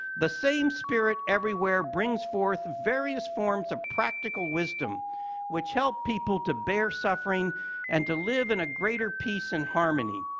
the same spirit everywhere brings forth various forms of practical wisdom which help people to bear suffering and to live in a greater peace and harmony.